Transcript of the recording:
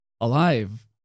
Alive